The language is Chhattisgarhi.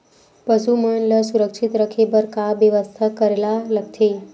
पशु मन ल सुरक्षित रखे बर का बेवस्था करेला लगथे?